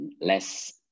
less